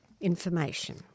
information